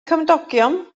cymdogion